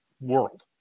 world